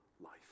life